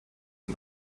and